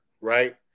right